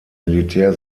militär